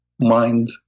mind